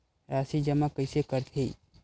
राशि जमा कइसे करथे?